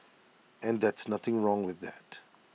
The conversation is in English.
and that's nothing wrong with that